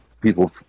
people